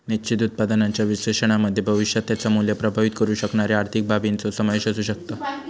निश्चित उत्पन्नाच्या विश्लेषणामध्ये भविष्यात त्याचा मुल्य प्रभावीत करु शकणारे आर्थिक बाबींचो समावेश असु शकता